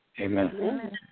Amen